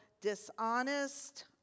dishonest